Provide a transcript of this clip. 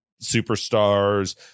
superstars